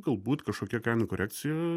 galbūt kažkokia kainų korekcija